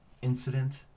Incident